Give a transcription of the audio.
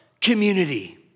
community